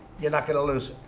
you're not going to lose.